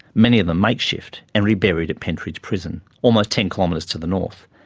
many of them make-shift, and reburied at pentridge prison, almost ten kilometres to the north.